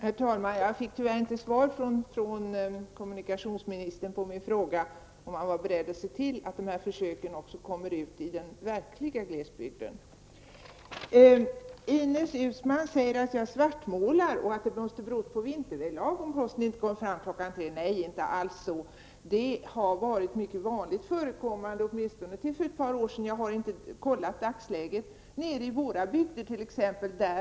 Herr talman! Jag fick tyvärr inte något svar från kommunikationsministern på min fråga om han var beredd att se till att dessa försök når ut också i den verkliga glesbygden. Ines Uusmann sade att jag svartmålar och att det måste bero på vinterväglag om posten inte kommer före kl. 15. Nej, så är det inte alls. Det har varit mycket vanligt förekommande, åtminstone till för ett par år sedan -- jag har inte tagit reda på hur det förhåller sig i dagsläget -- t.ex. i min hembygd.